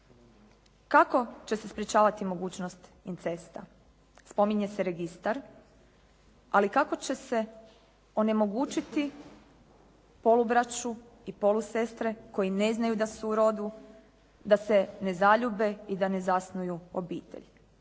Kako će se sprječavati mogućnost incesta? Spominje se registar, ali kako će se onemogućiti polubraću i polusestre koji ne znaju da su u rodu da se ne zaljube i da ne zasnuju obitelj.